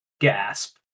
gasp